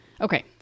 Okay